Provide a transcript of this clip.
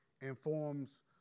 informs